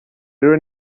rero